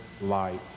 light